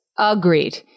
Agreed